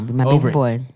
over